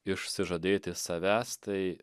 išsižadėti savęs tai